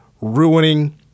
ruining